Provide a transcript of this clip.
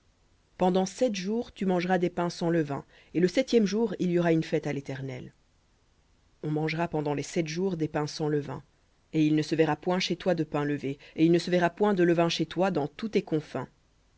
pendant sept jours tu mangeras des pains sans levain et le septième jour il y aura une fête à léternel on mangera pendant les sept jours des pains sans levain et il ne se verra point chez toi de pain levé et il ne se verra point de levain chez toi dans tous tes confins